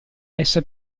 essa